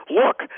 look